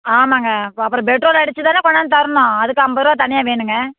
ஆமாங்க அப்புறம் பெட்ரோல் அடிச்சுதான கொண்டாந்து தரணும் அதுக்கு ஐம்பது ரூபா தனியாக வேணுங்க